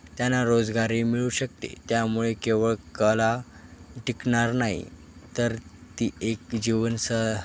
त्यांना रोजगारही मिळू शकते त्यामुळे केवळ कला टिकणार नाही तर ती एक जीवनसह